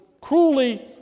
cruelly